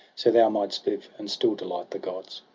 so thou might'st live, and still delight the gods!